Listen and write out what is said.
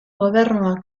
gobernuak